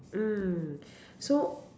mm so